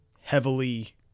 heavily